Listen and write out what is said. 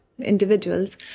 individuals